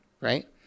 right